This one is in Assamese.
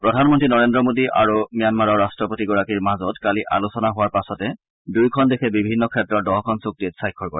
প্ৰধানমন্ত্ৰী নৰেন্দ্ৰ মোদী আৰু ম্যানমাৰৰ ৰাট্টপতিগৰাকীৰ মাজত কালি আলোচনা হোৱাৰ পাছতে দুয়োখন দেশে বিভিন্ন ক্ষেত্ৰৰ দহখন চুক্তিত স্বাক্ষৰ কৰে